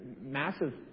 massive